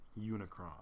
Unicron